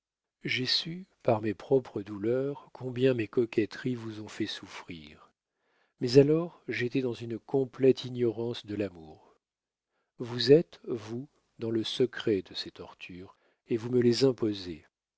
j'ai su par mes propres douleurs combien mes coquetteries vous ont fait souffrir mais alors j'étais dans une complète ignorance de l'amour vous êtes vous dans le secret de ces tortures et vous me les imposez